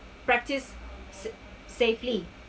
practice s~ safely